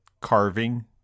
carving